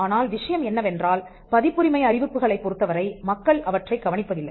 ஆனால் விஷயம் என்னவென்றால் பதிப்புரிமை அறிவிப்புகளைப் பொருத்தவரை மக்கள் அவற்றைக் கவனிப்பதில்லை